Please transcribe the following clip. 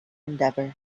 endeavour